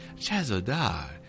Chazodar